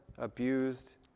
abused